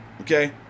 Okay